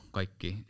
Kaikki